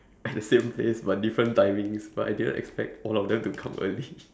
at the same place but different timings but I didn't expect all of them to come early